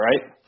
right